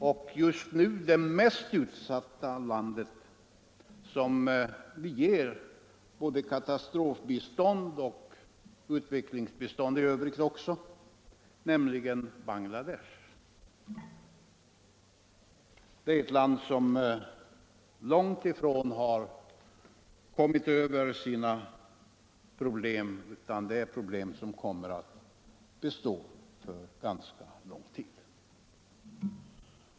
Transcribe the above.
Det just nu mest utsatta landet, som vi ger både katastrofbistånd och utvecklingsbistånd i övrigt, är Bangladesh. Det är ett land som långt ifrån har kommit över sina svårigheter. Problemen där kommer att bestå under ganska lång tid.